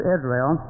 Israel